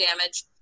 damage